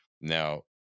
Now